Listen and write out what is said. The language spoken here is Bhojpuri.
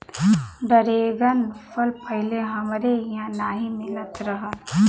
डरेगन फल पहिले हमरे इहाँ नाही मिलत रहल